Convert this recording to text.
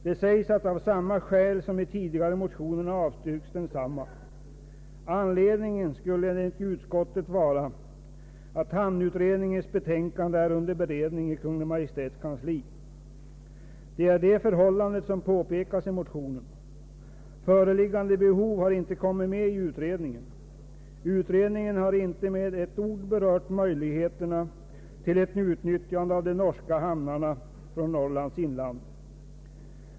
Det sägs att av samma skäl som i de tidigare motionerna avstyrks densamma. Anledningen skulle enligt utskottet vara att hamnutredningens betänkande är under beredning i Kungl. Maj:ts kansli. Det är det förhållandet som påpekas i motionen. Föreliggande behov har inte kommit med i utredningen. Utredningen har inte med ett ord berört möjligheterna till ett utnyttjande av de norska hamnarna från Norrlands inland.